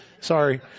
Sorry